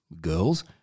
girls